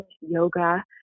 yoga